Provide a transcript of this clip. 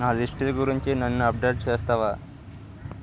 నా లిస్టుల గురించి నన్ను అప్డేట్ చేస్తావా